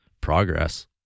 Progress